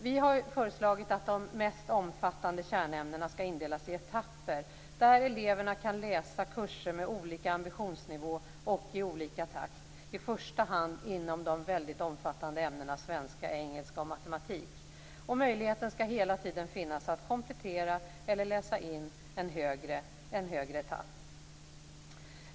Vi har föreslagit att de mest omfattande kärnämnena skall indelas i etapper, där eleverna kan läsa kurser med olika ambitionsnivå och i olika takt, i första hand inom de omfattande ämnena svenska, engelska och matematik. Möjligheten skall hela tiden finnas att komplettera eller läsa in en högre etapp.